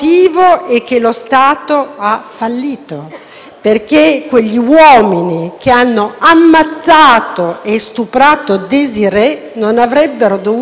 perché quegli uomini che hanno ammazzato e stuprato Desirée non avrebbero dovuto essere sul territorio nazionale.